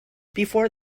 before